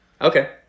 Okay